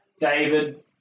David